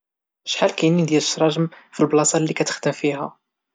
شحال كاينين ديال الشراجم فالبلاصة اللي كتخدم فيها؟